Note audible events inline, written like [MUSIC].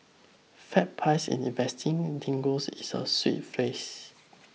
fat pies in investing lingo [NOISE] is a sweet phrase